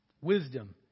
Wisdom